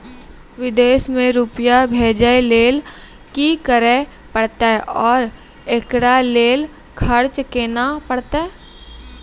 विदेश मे रुपिया भेजैय लेल कि करे परतै और एकरा लेल खर्च केना परतै?